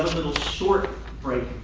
little short break,